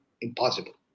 impossible